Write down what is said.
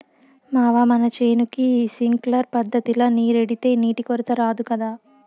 మావా మన చేనుకి సింక్లర్ పద్ధతిల నీరెడితే నీటి కొరత రాదు గదా